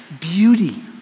beauty